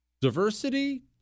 Diversity